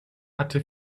hatte